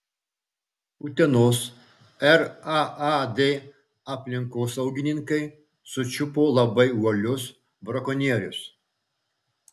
utenos raad aplinkosaugininkai sučiupo labai uolius brakonierius